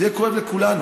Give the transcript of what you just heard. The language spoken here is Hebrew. זה יהיה כואב לכולנו.